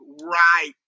right